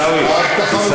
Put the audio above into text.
אתה ממחזר את התשובות.